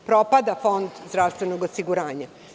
Propada Fond zdravstvenog osiguranja.